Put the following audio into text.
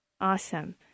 Awesome